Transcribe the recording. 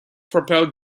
propel